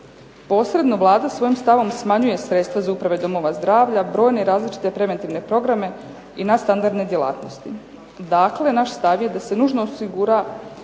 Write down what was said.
Posredno, Vlada svojim stavom smanjuje sredstva za uprave domova zdravlja, brojne i različite preventivne programa i nad standardne djelatnosti. Dakle, naš stav je da se nužno osigura